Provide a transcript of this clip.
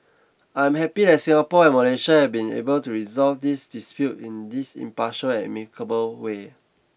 I am happy that Singapore and Malaysia have been able to resolve this dispute in this impartial and amicable way